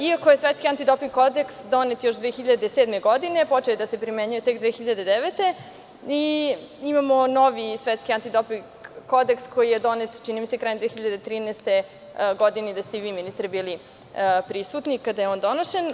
Iako je Svetski antidoping kodeks donet još 2007. godine, počeo je da se primenjuje tek 2009. godine i imamo novi Svetski antidoping kodeks koji je, čini mi se, donet krajem 2013. godine i da ste vi ministre bili prisutni kada je on bio donošen.